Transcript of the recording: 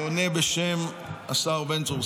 אני עונה בשם השר בן צור,